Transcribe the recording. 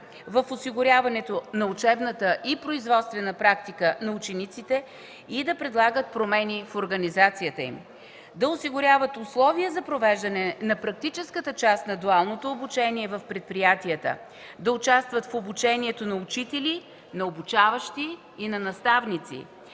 в осигуряването на учебната и производствена практика на учениците и да предлагат промени в организацията им, да осигуряват условия за провеждане на практическата част на дуалното обучение в предприятията, да участват в обучението на учители, на обучаващи и наставници,